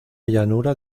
llanura